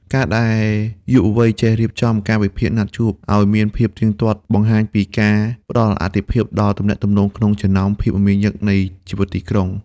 ការដែលយុវវ័យចេះរៀបចំ «កាលវិភាគណាត់ជួប» ឱ្យមានភាពទៀងទាត់ បង្ហាញពីការផ្ដល់អាទិភាពដល់ទំនាក់ទំនងក្នុងចំណោមភាពមមាញឹកនៃជីវិតទីក្រុង។